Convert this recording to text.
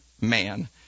man